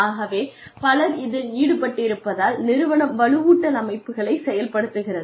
ஆகவே பலர் இதில் ஈடுபட்டிருப்பதால் நிறுவனம் வலுவூட்டல் அமைப்புகளைச் செயல்படுத்துகிறது